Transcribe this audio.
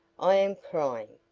i am crying.